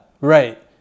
Right